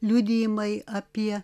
liudijimai apie